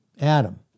Adam